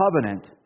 covenant